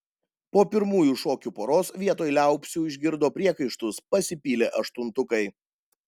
po pirmųjų šokių poros vietoj liaupsių išgirdo priekaištus pasipylė aštuntukai